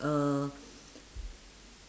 uh